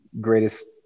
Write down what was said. greatest